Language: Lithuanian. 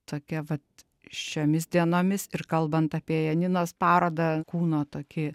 tokia vat šiomis dienomis ir kalbant apie janinos parodą kūno tokį